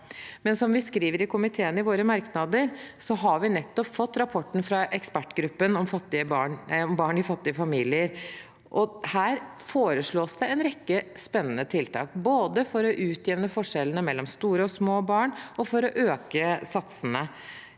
Men som komiteen skriver i merknadene, har vi nettopp fått rapporten fra ekspertgruppen om barn i fattige familier, og her foreslås det en rekke spennende tiltak, både for å utjevne forskjellene mellom store og små barn og for å øke satsene.